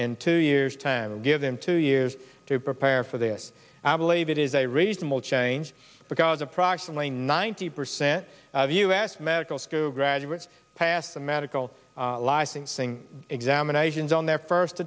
in two years time and give them two years to prepare for this i believe it is a reasonable change because approximately ninety percent of us medical school graduates pass the medical licensing examinations on their first